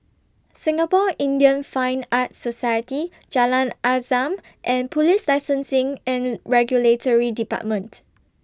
Singapore Indian Fine Arts Society Jalan Azam and Police Licensing and Regulatory department